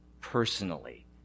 personally